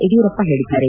ಯಡಿಯೂರಪ್ಪ ಹೇಳಿದ್ದಾರೆ